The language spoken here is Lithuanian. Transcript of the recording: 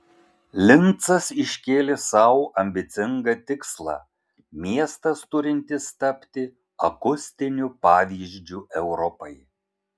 lincas iškėlė sau ambicingą tikslą miestas turintis tapti akustiniu pavyzdžiu europai